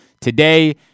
Today